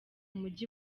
mujyi